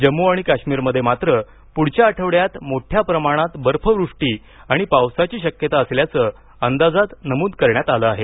जम्मू आणि काश्मीरमध्ये मात्र प्ढच्या आठवड्यात मोठ्या प्रमाणात बर्फवृष्टी आणि पावसाची शक्यता असल्याचं अंदाजात नमूद करण्यात आलं आहे